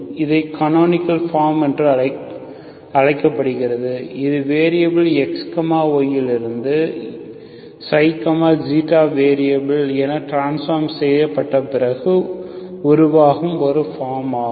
இது canonical form என்று அழைக்கப்படுகிறது இது வேரியபில் Xy லிருந்து வேரியபில் என டிரான்ஸ்பார்ம் செய்யப்பட்ட பிறகு உருவாகும் ஒரு ஃபார்ம் ஆகும்